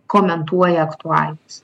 komentuoja aktualijas